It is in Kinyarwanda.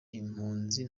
impunzi